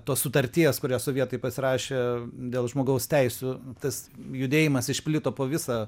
tos sutarties kurią sovietai pasirašė dėl žmogaus teisių tas judėjimas išplito po visą